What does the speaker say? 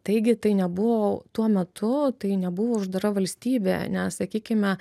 taigi tai nebuvo tuo metu tai nebuvo uždara valstybė nes sakykime